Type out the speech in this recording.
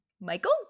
Michael